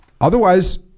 otherwise